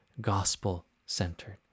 gospel-centered